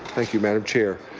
thank you, madam chair.